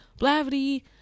Blavity